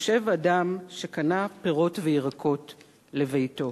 יושב אדם שקנה פירות וירקות לביתו".